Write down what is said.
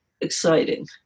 exciting